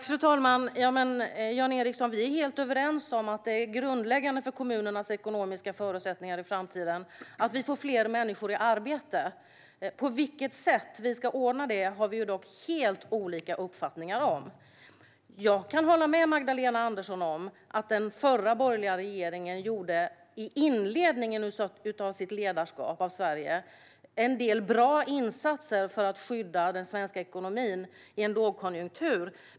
Fru talman! Vi är helt överens, Jan Ericson, om att det är grundläggande för kommunernas ekonomiska förutsättningar i framtiden att vi får fler människor i arbete. På vilket sätt vi ska ordna detta har vi dock helt olika uppfattningar om. Jag kan hålla med Magdalena Andersson om att den förra, borgerliga regeringen i inledningen av sitt ledarskap av Sverige gjorde en del bra insatser för att skydda den svenska ekonomin i en lågkonjunktur.